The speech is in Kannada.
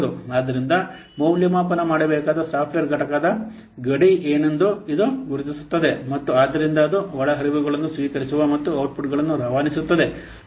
ಆದ್ದರಿಂದ ಮೌಲ್ಯಮಾಪನ ಮಾಡಬೇಕಾದ ಸಾಫ್ಟ್ವೇರ್ ಘಟಕದ ಗಡಿ ಏನೆಂದು ಇದು ಗುರುತಿಸುತ್ತದೆ ಮತ್ತು ಆದ್ದರಿಂದ ಅದು ಒಳಹರಿವುಗಳನ್ನು ಸ್ವೀಕರಿಸುವ ಮತ್ತು ಔಟ್ಪುಟ್ಗಳನ್ನು ರವಾನಿಸುತ್ತದೆ